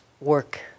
work